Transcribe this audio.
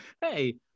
Hey